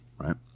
right